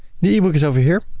the e-book is over here,